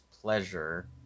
pleasure